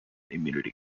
immunity